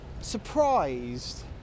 surprised